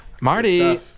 Marty